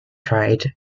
tried